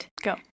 go